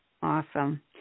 Awesome